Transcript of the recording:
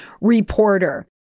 reporter